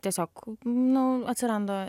tiesiog nu atsiranda